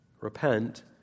repent